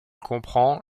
comprend